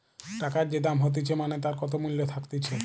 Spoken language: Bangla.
টাকার যে দাম হতিছে মানে তার কত মূল্য থাকতিছে